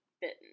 bitten